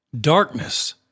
Darkness